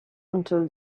until